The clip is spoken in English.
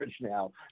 now